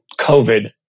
COVID